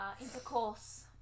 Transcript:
intercourse